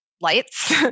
lights